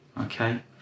okay